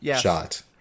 shot